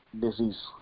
disease